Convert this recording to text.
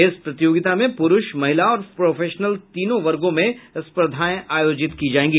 इस प्रतियोगिता में पुरूष महिला और प्रोफेसनल तीन वर्गो में स्पर्धा में आयोजित होगी